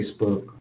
Facebook